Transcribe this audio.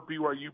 BYU